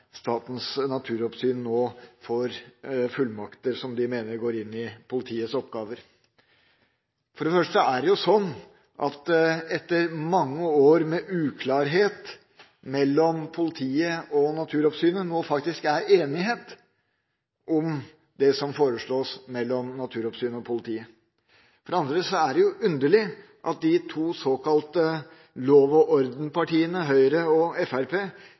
Statens naturoppsyn nå får fullmakter som de mener ligger innunder politiets oppgaver. For det første er det etter mange år med uklarhet mellom Naturoppsynet og politiet faktisk enighet om det som foreslås. For det andre er det underlig at de to såkalte lov-og-orden-partiene – Høyre og